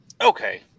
Okay